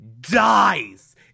dies